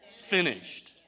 finished